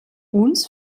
uns